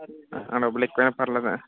డబ్బులు ఎక్కువైనా పర్లేదా